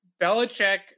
Belichick